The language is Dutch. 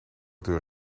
deur